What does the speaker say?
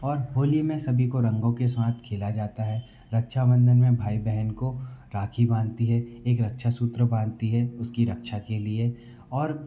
और होली में सभी को रंगों के साथ खेला जाता है रक्षा बंधन में भाई बहन को राखी बाँधती है एक रक्षा सूत्र बाँधती है उसकी रक्षा के लिए और